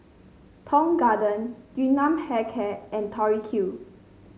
Tong Garden Yun Nam Hair Care and Tori Q